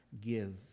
give